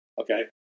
Okay